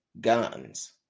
guns